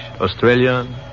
Australian